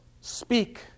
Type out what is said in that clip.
speak